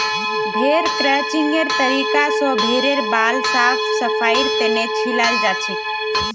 भेड़ क्रचिंगेर तरीका स भेड़ेर बाल साफ सफाईर तने छिलाल जाछेक